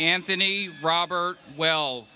anthony robert well